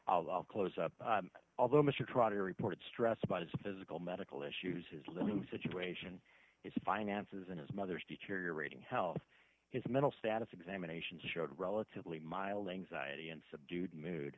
much i'll close up although mr trotter reported stress about his physical medical issues his living situation and its finances and his mother's deteriorating health his mental status examinations showed relatively mild anxiety and subdued mood